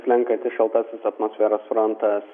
slenkantis šaltasis atmosferos frontas